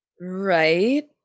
Right